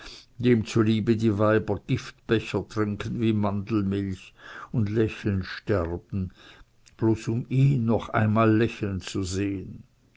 dem zuliebe die weiber giftbecher trinken wie mandelmilch und lächelnd sterben bloß um ihn noch einmal lächeln zu sehen